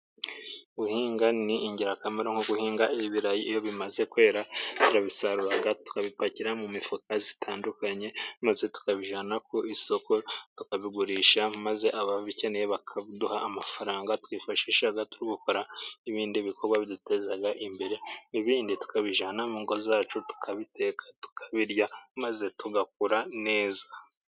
Guhinga ni ingirakamaro， nko guhinga ibirayi， iyo bimaze kwera turabisarura， tukabipakira mu mifuka itandukanye，maze tukabijyana ku isoko，tukabigurisha， maze ababikeneye bakaduha amafaranga twifashisha， tugakora ibindi bikorwa biduteza imbere. Ibindi tukabijyana mu ngo zacu tukabiteka， tukabirya，maze tugakura neza.